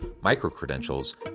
micro-credentials